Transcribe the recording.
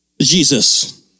Jesus